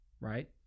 Right